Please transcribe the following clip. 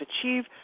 Achieve